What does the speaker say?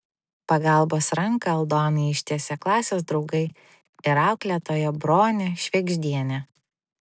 pagalbos ranką aldonai ištiesė klasės draugai ir auklėtoja bronė švėgždienė